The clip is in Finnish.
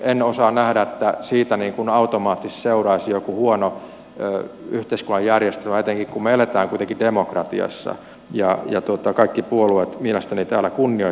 en osaa nähdä että siitä automaattisesti seuraisi joku huono yhteiskunnallinen järjestelmä etenkin kun me elämme kuitenkin demokratiassa ja kaikki puolueet mielestäni täällä kunnioittavat sitä